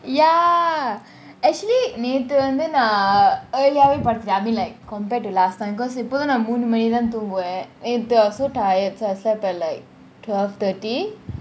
ya actually நேத்து வந்து நான் :neathu vanthu naan early eh வேய் படுத்துட்டேன் :vey paduthutan I mean like compared to last time எப்போதுமே நான் மூணு மணிகி தான் தூங்குவான் நேத்து :epothumey naan moonu maniki thaan thunguvan neathu also so tired so I slept at like twelve thirty